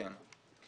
כן.